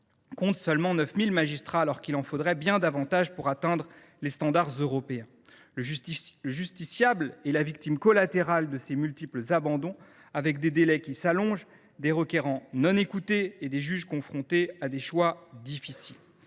compte seulement 9 000 magistrats, alors qu’il en faudrait bien davantage pour atteindre les standards européens. Le justiciable est la victime collatérale de ces multiples abandons, avec des délais qui s’allongent, des requérants non écoutés et des juges confrontés à des choix difficiles.